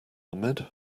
ahmed